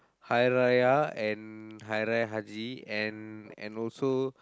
Hari-Raya and Hari-Raya-Haji and and also